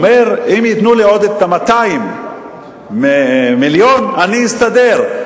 אם ייתנו לי עוד 200 מיליון, אני אסתדר,